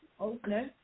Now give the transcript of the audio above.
Okay